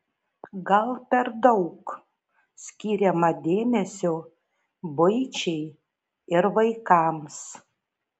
gal per daug skiriama dėmesio buičiai ir vaikams